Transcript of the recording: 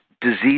disease